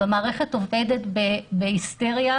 המערכת עובדת בהיסטריה.